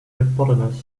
hippopotamus